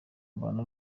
mbana